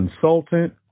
consultant